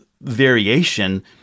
variation